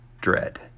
dread